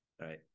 Right